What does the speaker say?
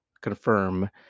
confirm